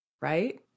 right